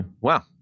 Wow